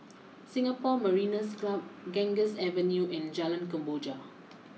Singapore Mariners Club Ganges Avenue and Jalan Kemboja